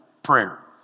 prayer